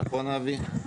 אבי, נכון?